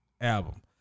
album